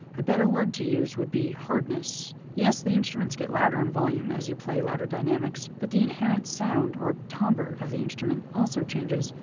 a better word to use would be hardness. yes, the instruments get louder in volume as you play louder dynamics, but the inherent sound, or timbre, of the instrument, also changes,